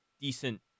decent